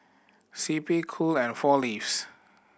C P Cool and Four Leaves